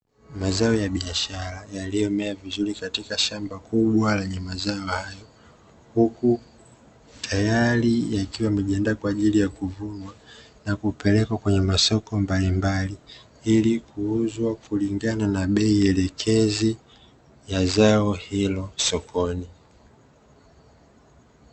Mazao ya biashara yaliyomea vizuri katika shamba kubwa lenye mazao tayari yakiwa yamejiandaa kwa ajili ya kupelekwa kwenye masoko mbalimbali ili kuuzwa kulingana na bei elekezi ya zao hilo sokoni.